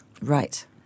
Right